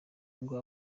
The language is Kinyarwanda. ngo